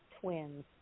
twins